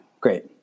great